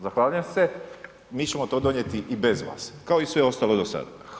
Zahvaljujem se, mi ćemo to donijeti i bez vas kao i sve ostalo do sad.